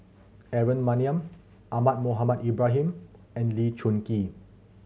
Aaron Maniam Ahmad Mohamed Ibrahim and Lee Choon Kee